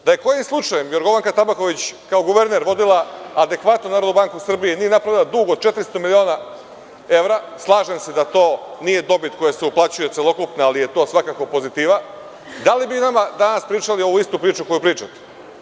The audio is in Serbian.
Da je kojim slučajem Jorgovanka Tabaković kao guverner vodila adekvatnu Narodnu banku Srbije i nije napravila dug od 400 miliona evra, slažem se da to nije dobit koja se uplaćuje celokupna, ali je to svakako pozitiva, da li bi nama danas pričali istu priču koju pričate?